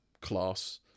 class